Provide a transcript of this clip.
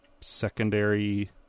secondary